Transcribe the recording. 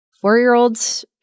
four-year-olds